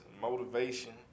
motivation